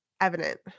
evident